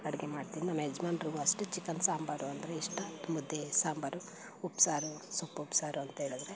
ಅಡುಗೆ ಮಾಡ್ತೀನಿ ನಮ್ಮ ಯಜಮಾನ್ರಿಗೂ ಅಷ್ಟೇ ಚಿಕನ್ ಸಾಂಬಾರು ಅಂದರೆ ಇಷ್ಟ ಮುದ್ದೆ ಸಾಂಬಾರು ಉಪ್ಸಾರು ಸೊಪ್ಪು ಉಪ್ಸಾರು ಅಂತ ಹೇಳಿದ್ರೆ